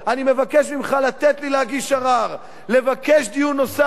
אני מבקש ממך לתת לי להגיש ערר, לבקש דיון נוסף.